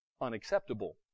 unacceptable